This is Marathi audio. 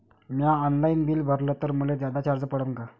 म्या ऑनलाईन बिल भरलं तर मले जादा चार्ज पडन का?